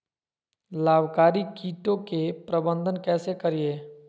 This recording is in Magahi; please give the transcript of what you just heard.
लाभकारी कीटों के प्रबंधन कैसे करीये?